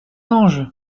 ange